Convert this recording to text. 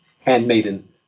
handmaiden